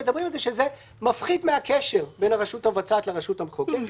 מדברים על זה שזה מפחית מהקשר בין הרשות המבצעת לרשות המחוקקת.